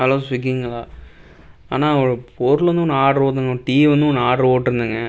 hello ஸ்விகிங்களா அண்ணா ஒரு பொருள் வந்து ஒன்று ஆர்ட்ரு வந்து ஒன்று டீ ஒன்று ஒன்று ஆர்ட்ரு போட்ருந்தேங்க